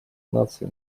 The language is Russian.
наций